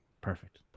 Perfect